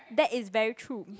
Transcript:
that is very true